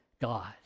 God